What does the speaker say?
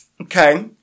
Okay